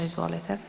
Izvolite.